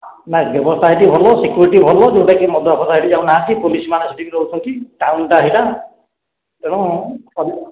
ନା ବ୍ୟବସ୍ତା ସେଠି ଭଲ ସିକ୍ୟୁରିଟି ଭଲ ଯୋଉଟା କି ମଦୁଆଫଦୁଆ ସେଠି ଯାଉନାହାନ୍ତି ପୋଲିସ୍ ମାନେ ସେଠି ରହୁଛନ୍ତି ଟାଉନ୍ଟା ସେଇଟା ଏବଂ ପରି